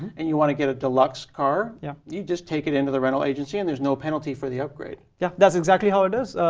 and you want to get a deluxe car. yeah. you just take it into the rental agency and there's no penalty for the upgrade. yeah. that's exactly how it is.